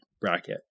bracket